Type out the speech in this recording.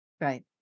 Right